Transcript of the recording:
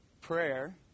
prayer